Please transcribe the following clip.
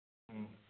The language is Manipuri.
ꯎꯝ